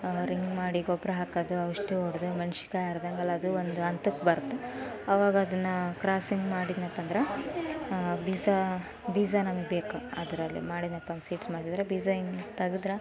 ring ಮಾಡಿ ಗೊಬ್ಬರ ಹಾಕೋದು ಔಷಧಿ ಹೊಡೆದು ಮೆಣ್ಸಿನ್ಕಾಯಿ ಅರ್ಧಂಗುಲ ಅದು ಒಂದು ಹಂತಕ್ಕೆ ಬರುತ್ತೆ ಅವಾಗ ಅದನ್ನು ಕ್ರಾಸಿಂಗ್ ಮಾಡಿದ್ನಪ್ಪ ಅಂದ್ರ ಬೀಜ ಬೀಜ ನಮ್ಗೆ ಬೇಕು ಅದರಲ್ಲಿ ಮಾಡಿದೆನಪ್ಪ ಒಂದು ಸೀಡ್ಸ್ ಮಾಡಿದರೆ ಬೀಜ ಹಿಂಗೆ ತೆಗೆದ್ರೆ